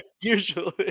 usually